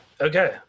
okay